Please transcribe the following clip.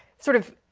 sort of